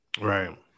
right